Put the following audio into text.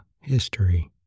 History